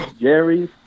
Jerry